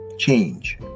change